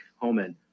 Holman